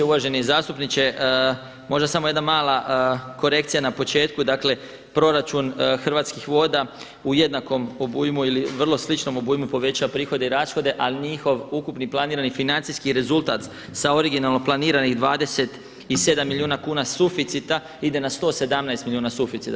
Uvaženi zastupniče, možda samo jedna mala korekcija na početku, dakle proračun Hrvatskih voda u jednakom obujmu ili u vrlo sličnom obujmu povećava prihode ili rashode ali njihov ukupni planirani financijski rezultat sa originalno planiranih 27 milijuna kuna suficita ide na 117 milijuna suficita.